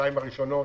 השתיים הראשונות